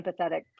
empathetic